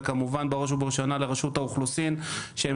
וכמובן בראש ובראשונה לרשות האוכלוסין שהם